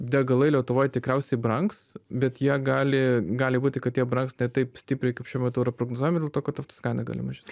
degalai lietuvoj tikriausiai brangs bet jie gali gali būti kad jie brangs ne taip stipriai kaip šiuo metu yra prognozuojama dėl to kad naftos gana gali mažėt